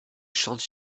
chantent